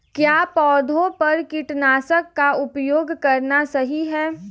क्या पौधों पर कीटनाशक का उपयोग करना सही है?